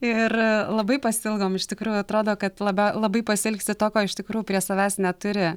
ir labai pasiilgom iš tikrųjų atrodo kad labiau labai pasiilgsti to ko iš tikrųjų prie savęs neturi